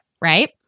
right